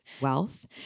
wealth